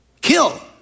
kill